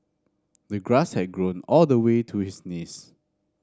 the grass had grown all the way to his knees